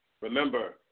Remember